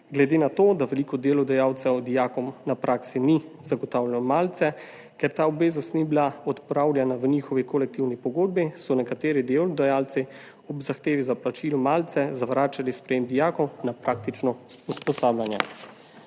Glede na to, da veliko delodajalcev dijakom na praksi ni zagotavljalo malce, ker ta obveznost ni bila v njihovi kolektivni pogodbi, so nekateri delodajalci ob zahtevi za plačilo malice zavračali sprejem dijakov na praktično usposabljanje.